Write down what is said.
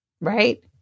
right